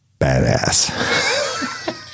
Badass